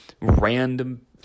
random